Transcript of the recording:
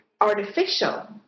artificial